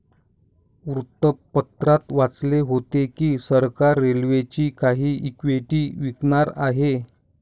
वृत्तपत्रात वाचले होते की सरकार रेल्वेची काही इक्विटी विकणार आहे